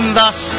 thus